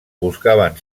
buscaven